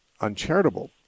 uncharitable